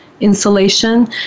insulation